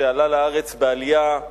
שעלה לארץ בעלייה,